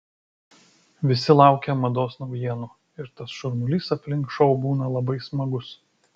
visi laukia mados naujienų ir tas šurmulys aplink šou būna labai smagus